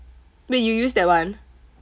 wait you use that one